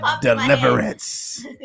Deliverance